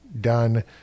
done